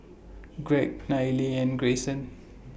Gregg Nayely and Greyson